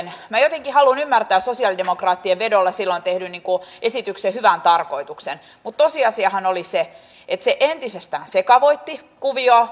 minä jotenkin haluan ymmärtää silloin sosialidemokraattien vedolla tehdyn esityksen hyvän tarkoituksen mutta tosiasiahan oli se että se entisestään sekavoitti kuviota